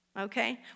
Okay